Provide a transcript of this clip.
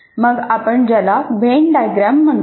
मग आपण ज्याला व्हेन डायग्राम म्हणतो